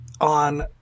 on